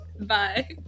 Bye